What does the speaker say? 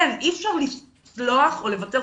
אי אפשר לסלוח או לוותר.